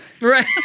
right